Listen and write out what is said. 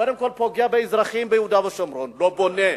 קודם כול, פוגע באזרחים ביהודה ושומרון, לא בונה.